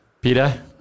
Peter